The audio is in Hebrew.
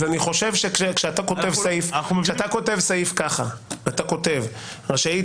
כשאתה כותב סעיף ככה: "רשאית,